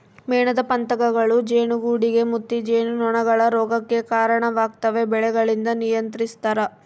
ಮೇಣದ ಪತಂಗಗಳೂ ಜೇನುಗೂಡುಗೆ ಮುತ್ತಿ ಜೇನುನೊಣಗಳ ರೋಗಕ್ಕೆ ಕರಣವಾಗ್ತವೆ ಬೆಳೆಗಳಿಂದ ನಿಯಂತ್ರಿಸ್ತರ